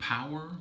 Power